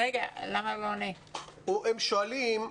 הם שואלים,